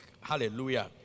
Hallelujah